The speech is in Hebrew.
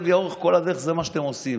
לאורך כל הדרך זה מה שאתם עושים.